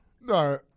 No